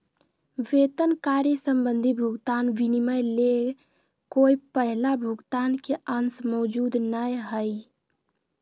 वेतन कार्य संबंधी भुगतान विनिमय ले कोय पहला भुगतान के अंश मौजूद नय हइ